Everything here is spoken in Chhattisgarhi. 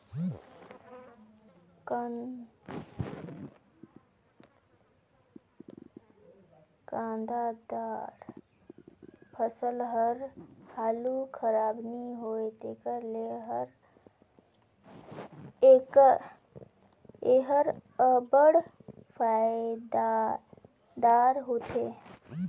कांदादार फसिल हर हालु खराब नी होए तेकर ले एहर अब्बड़ फएदादार होथे